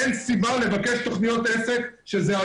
אין סיבה לבקש תוכניות עסק כאשר מדובר